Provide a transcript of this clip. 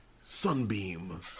Sunbeam